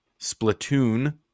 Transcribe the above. Splatoon